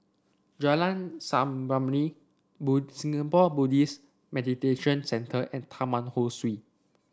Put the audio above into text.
Jalan Samarinda Singapore Buddhist Meditation Centre and Taman Ho Swee